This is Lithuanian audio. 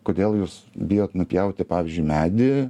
kodėl jūs bijot nupjauti pavyzdžiui medį